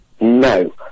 no